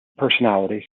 personalities